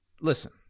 listen